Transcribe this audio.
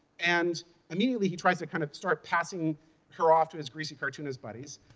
and immediately, he tries to kind of start passing her off to his greasy cartoonist buddies,